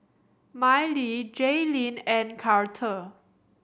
Miley Jailene and Karter